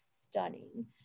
stunning